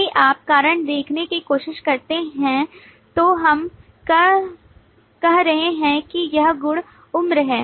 यदि आप कारण देखने की कोशिश करते हैं तो हम कह रहे हैं कि यह गुण उम्र है